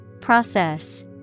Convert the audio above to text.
Process